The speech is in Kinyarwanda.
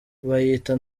bayita